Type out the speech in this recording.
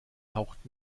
taucht